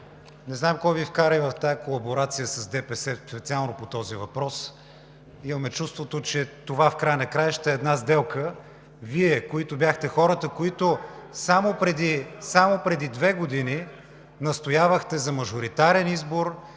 не знам кой Ви вкара в тази колаборация с ДПС и специално по този въпрос. Имаме чувството, че това в края на краищата е една сделка. Вие бяхте хората, които само преди две години настоявахте за мажоритарен избор,